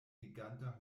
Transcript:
reganta